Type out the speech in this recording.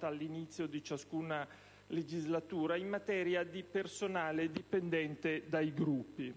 all'inizio di ciascuna legislatura, in materia di personale dipendente dai Gruppi.